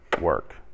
work